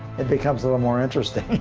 it becomes a little more interesting.